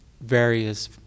various